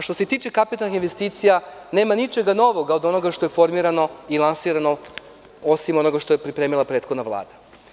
Što se tiče kapitalnih investicija, nema ničega novog od onoga što je formirano i lansirano, osim onoga što je pripremila prethodna Vlada.